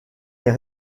est